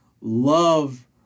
love